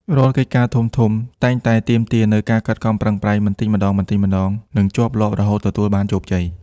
រាល់កិច្ចការធំៗតែងតែទាមទារនូវ ការខិតខំប្រឹងប្រែងបន្តិចម្តងៗ និងជាប់លាប់រហូតទទួលបានជោគជ័យ។